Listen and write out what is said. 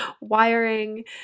wiring